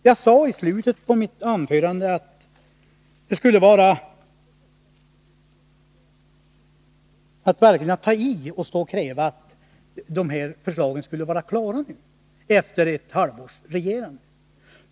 Jag sadei slutet av mitt anförande att det skulle vara att verkligen ta i att stå och kräva att förslagen skulle vara klara nu, efter ett halvt års regerande.